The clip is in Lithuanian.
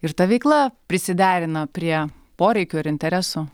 ir ta veikla prisiderina prie poreikių ir interesų